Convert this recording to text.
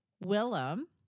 Willem